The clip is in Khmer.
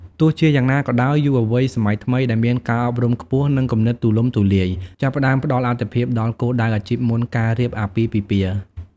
ទោះជាយ៉ាងណាក៏ដោយ យុវវ័យសម័យថ្មី ដែលមានការអប់រំខ្ពស់ និងគំនិតទូលំទូលាយ ចាប់ផ្ដើមផ្ដល់អាទិភាពដល់គោលដៅអាជីពមុនការរៀបអាពាហ៍ពិពាហ៍។